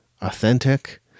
authentic